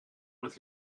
with